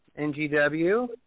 NGW